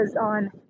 on